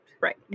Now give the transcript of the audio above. right